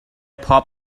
pop